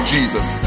Jesus